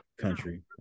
country